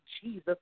Jesus